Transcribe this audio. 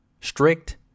strict